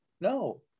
no